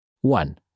One